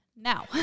Now